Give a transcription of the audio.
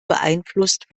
beeinflusst